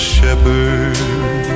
Shepherd